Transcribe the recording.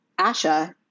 Asha